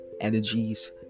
energies